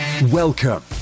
Welcome